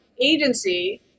agency